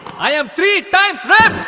i am three times rich.